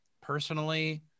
personally